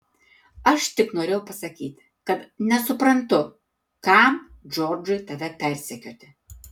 aš tik norėjau pasakyti kad nesuprantu kam džordžui tave persekioti